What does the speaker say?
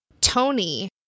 Tony